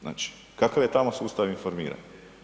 Znači, kakav je tamo sustav informiranja.